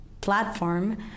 platform